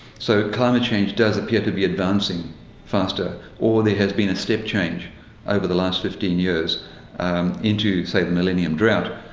so climate change does appear to be advancing faster. or there has been a step change over the last fifteen years into, say, the millennium drought,